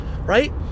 right